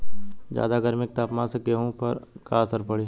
ज्यादा गर्मी के तापमान से गेहूँ पर का असर पड़ी?